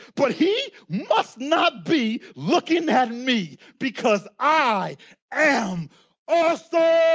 but he must not be looking at me, because i am awesome. ah